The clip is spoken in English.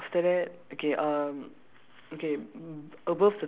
okay so after that okay um